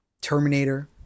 Terminator